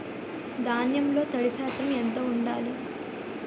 ధాన్యంలో తడి శాతం ఎంత ఉండాలి?